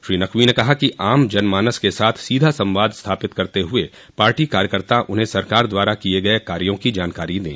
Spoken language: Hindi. श्री नकवी ने कहा कि आम जनमानस के साथ सीधा संवाद स्थापित करते हुये पार्टी कार्यकर्ता उन्हें सरकार द्वारा किये गये कार्यो की जानकारी दें